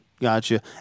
Gotcha